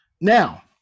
now